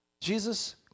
Jesus